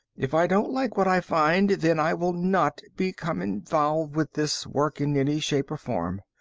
if i don't like what i find, then i will not become involved with this work in any shape or form.